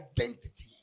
identity